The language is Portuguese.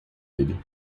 ele